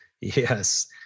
Yes